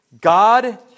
God